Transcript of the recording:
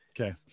okay